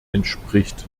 entspricht